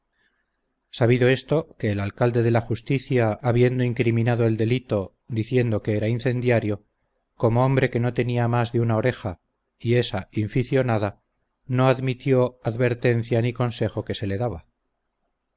míos sabido esto que el alcalde de la justicia habiendo incriminado el delito diciendo que era incendiario como hombre que no tenía más de una oreja y esa inficionada no admitió advertencia ni consejo que se le daba